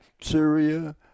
Syria